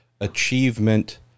achievement